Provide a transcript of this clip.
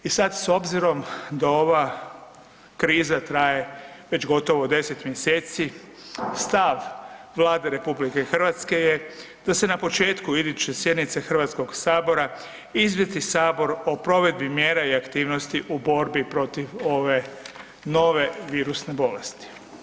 I sad, s obzirom da ova kriza traje već gotovo 10 mjeseci, stav Vlade RH je da se na početku iduće sjednice HS-a izvijesti Sabor o provedbi mjera i aktivnosti u borbi protiv ove nove virusne bolesti.